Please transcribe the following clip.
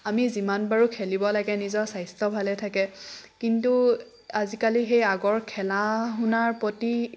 আমি যিমান পাৰোঁ খেলিব লাগে নিজৰ স্বাস্থ্য ভালে থাকে কিন্তু আজিকালি সেই আগৰ খেলা শুনাৰ প্ৰতি